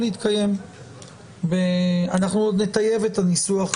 אנחנו עוד נטייב את הניסוח.